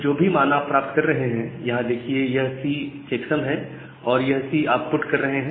तो जो भी मान आप प्राप्त कर रहे हैं यहां देखिए यह सी चेक्सम है और यह C आप पुट कर रहे हैं